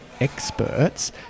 experts